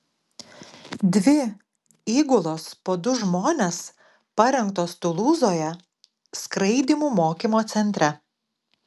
dvi įgulos po du žmones parengtos tulūzoje skraidymų mokymo centre